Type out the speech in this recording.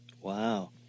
Wow